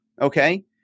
Okay